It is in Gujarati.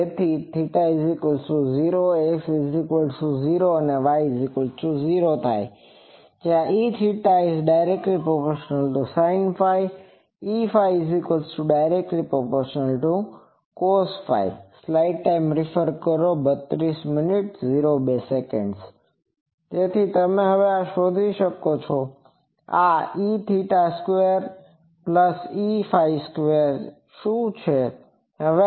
તેથી θ0X0 Y0 Eθ ∝sinɸ Eɸ ∝cosɸ તેથી હવે તમે શોધી શકો છો કે આ E2Eɸ2 શું હશે